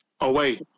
Away